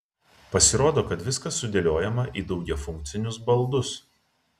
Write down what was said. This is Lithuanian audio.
pasirodo kad viskas sudėliojama į daugiafunkcius baldus